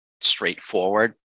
straightforward